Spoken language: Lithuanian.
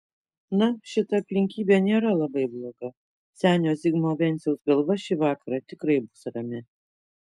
na šita aplinkybė nėra labai bloga senio zigmo venciaus galva šį vakarą tikrai bus rami